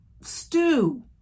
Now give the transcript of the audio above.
stew